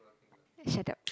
shut up